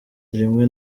rimwe